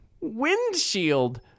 Windshield